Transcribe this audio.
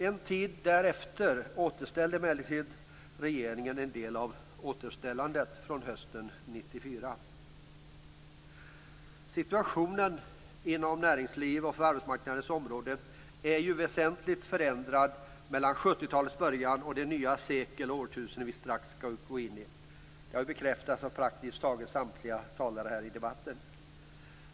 En tid därefter återställde emellertid regeringen en del av återställandet från hösten 1994. Situationen inom näringslivet och på arbetsmarknadens område har väsentligt förändrats mellan 70-talets början och det nya sekel och årtusende som vi strax går in i. Det har bekräftats praktiskt taget av samtliga talare här i debatten.